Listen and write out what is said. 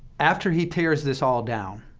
after he tears this all down,